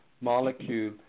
molecule